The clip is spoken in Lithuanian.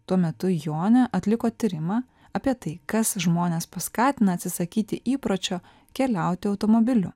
tuo metu jonė atliko tyrimą apie tai kas žmones paskatina atsisakyti įpročio keliauti automobiliu